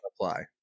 apply